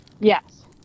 Yes